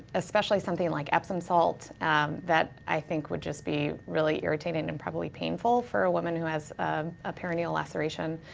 especially something like epsom salt that i think would just be really irritating and probably painful for a woman who has a perineal laceration.